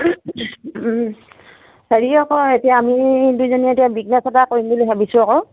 হেৰি আকৌ এতিয়া আমি দুইজনীয়ে এতিয়া বিজনেছ এটা কৰিম বুলি ভাবিছোঁ আকৌ